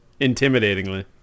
intimidatingly